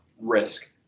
risk